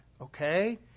okay